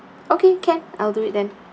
okay can I'll do it then